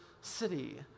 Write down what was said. city